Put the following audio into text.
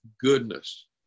goodness